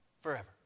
Forever